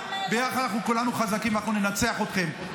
ביחד אנחנו כולנו חזקים ואנחנו ננצח אתכם,